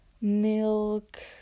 milk